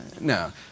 No